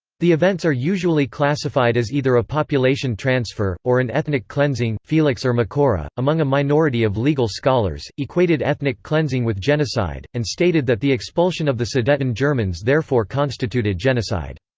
the events are usually classified as either a population transfer, or an ethnic cleansing felix ermacora, among a minority of legal scholars, equated ethnic cleansing with genocide, and stated that the expulsion of the sudeten germans therefore constituted genocide.